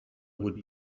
would